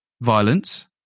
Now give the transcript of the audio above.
violence